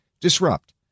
Disrupt